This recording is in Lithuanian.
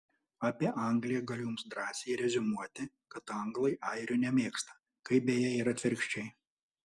apie angliją galiu jums drąsiai reziumuoti kad anglai airių nemėgsta kaip beje ir atvirkščiai